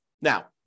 Now